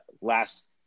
last